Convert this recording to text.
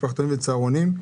משפחתונים וצהרונים.